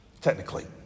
technically